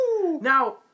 Now